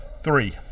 Three